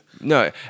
No